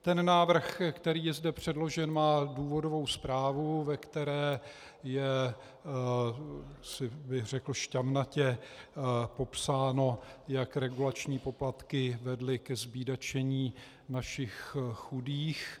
Ten návrh, který je zde předložen, má důvodovou zprávu, ve které je, bych řekl, šťavnatě popsáno, jak regulační poplatky vedly ke zbídačení našich chudých.